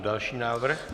Další návrh.